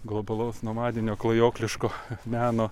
globalaus nomadinio klajokliško meno